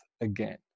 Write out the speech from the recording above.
again